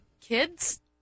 kids